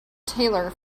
taylor